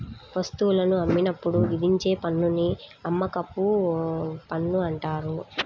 వస్తువులను అమ్మినప్పుడు విధించే పన్నుని అమ్మకపు పన్ను అంటారు